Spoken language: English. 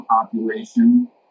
population